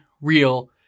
Real